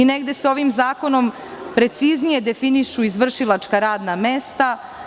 Negde se ovim zakonom preciznije definišu izvršilačka radna mesta.